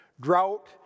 Drought